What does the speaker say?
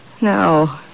No